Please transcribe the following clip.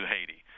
Haiti